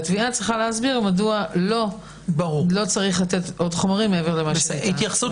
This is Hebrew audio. והתביעה צריכה להסביר מדוע לא צריך לתת עוד חומרים מעבר למה שכבר ניתן.